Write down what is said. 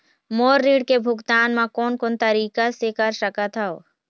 मोर ऋण के भुगतान म कोन कोन तरीका से कर सकत हव?